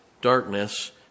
darkness